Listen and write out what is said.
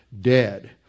dead